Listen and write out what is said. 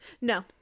No